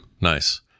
Nice